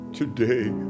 today